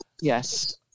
Yes